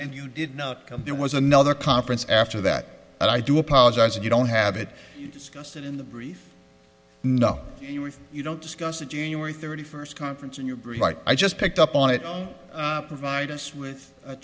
and you did not come there was another conference after that and i do apologize if you don't have it discussed in the brief no you don't discuss the january thirty first conference and you're right i just picked up on it provide us with a